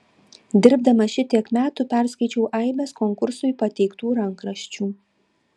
dirbdamas šitiek metų perskaičiau aibes konkursui pateiktų rankraščių